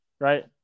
Right